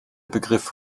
begriff